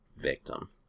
victim